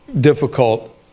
difficult